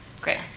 great